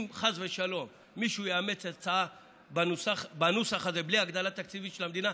אם חס ושלום מישהו יאמץ הצעה בנוסח הזה בלי הגדלה תקציבית של המדינה,